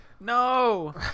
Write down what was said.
No